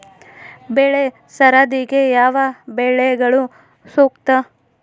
ಬೆಳೆ ಸರದಿಗೆ ಯಾವ ಬೆಳೆಗಳು ಸೂಕ್ತ?